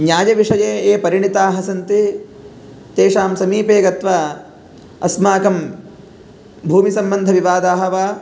न्यायविषये ये परिणताः सन्ति तेषां समीपे गत्वा अस्माकं भूमिसम्बन्धविवादाः वा